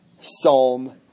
Psalm